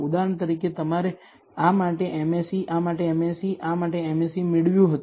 ઉદાહરણ તરીકે તમારે આ માટે MSE આ માટે MSE આ માટે MSE મેળવ્યું હોત